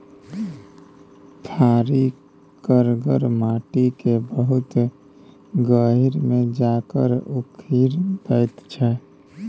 फारी करगर माटि केँ बहुत गहींर मे जा कए उखारि दैत छै